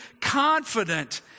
confident